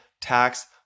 tax